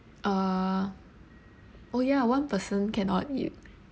uh oh ya one person cannot eat